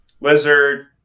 lizard